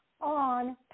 on